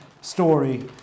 story